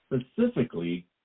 specifically